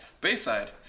Bayside